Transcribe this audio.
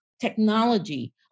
technology